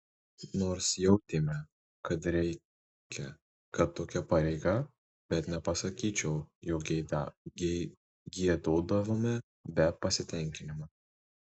nors jautėme kad reikia kad tokia pareiga bet nepasakyčiau jog giedodavome be pasitenkinimo